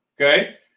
okay